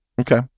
Okay